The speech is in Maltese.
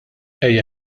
ejja